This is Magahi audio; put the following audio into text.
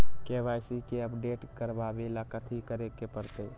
के.वाई.सी के अपडेट करवावेला कथि करें के परतई?